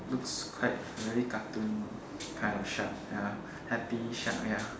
looks quite very cartoon kind of shark ya happy shark ya